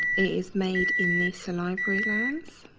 is made in the salivary glands,